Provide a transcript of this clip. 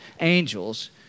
angels